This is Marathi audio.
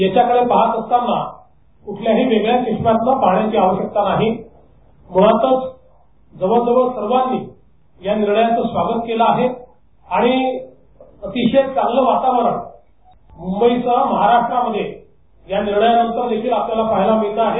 याच्याकडे पाहत असताना कुठल्याही वेगळ्या चष्म्यातून पाहण्याची आवश्यकता नाही मुळातच जवळजवळ सर्वांनीच या निर्णयाचं स्वागत केलं आहे आणि अतिशय चांगलं वातावरण मुंबईसह महाराष्ट्रामध्ये या निर्णयानंतर देखील पाहायला मिळत आहे